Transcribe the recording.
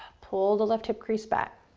pull the left hip crease back.